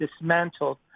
dismantled